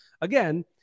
Again